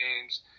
games